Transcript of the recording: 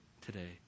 today